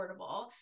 affordable